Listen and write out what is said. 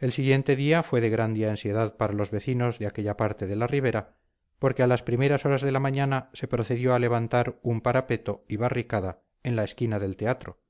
el siguiente día fue de grande ansiedad para los vecinos de aquella parte de la ribera porque a las primeras horas de la mañana se procedió a levantar un parapeto y barricada en la esquina del teatro